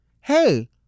hey